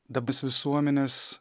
dabis visuomenės